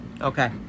Okay